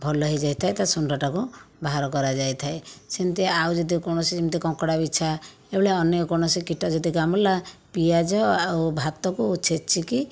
ଭଲ ହୋଇଯାଇଥାଏ ତା' ଶୁଣ୍ଢଟାକୁ ବାହାର କରାଯାଇଥାଏ ସେମିତି ଆଉ ଯଦି କୌଣସି ଯେମିତି କଙ୍କଡ଼ା ବିଛା ଏଭଳିଆ ଅନ୍ୟ କୌଣସି କୀଟ ଯଦି କାମୁଡ଼ିଲା ପିଆଜ ଆଉ ଭାତକୁ ଛେଚିକି